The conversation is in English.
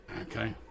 Okay